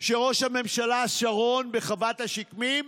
שראש הממשלה שרון, בחוות השקמים,